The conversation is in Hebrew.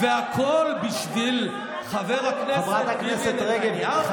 והכול בשביל חבר הכנסת ביבי נתניהו?